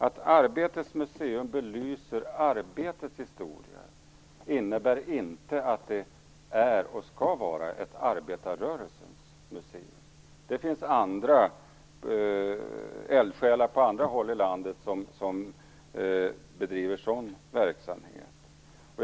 Att Arbetets museum belyser arbetets historia innebär inte att det är och skall vara ett arbetarrörelsens museum. Det finns eldsjälar på andra håll i landet som bedriver sådan verksamhet.